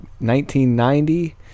1990